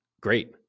great